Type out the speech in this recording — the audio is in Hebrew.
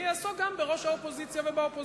אני אעסוק גם בראש האופוזיציה ובאופוזיציה.